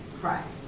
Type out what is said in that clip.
Christ